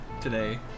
today